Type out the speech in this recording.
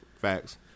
Facts